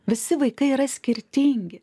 visi vaikai yra skirtingi